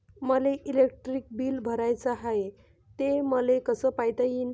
मले electric bill भराचं हाय, ते मले कस पायता येईन?